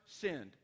sinned